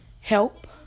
help